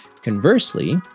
Conversely